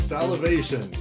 Salivation